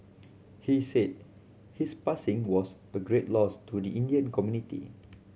he said his passing was a great loss to the Indian community